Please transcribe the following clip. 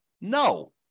No